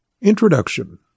Introduction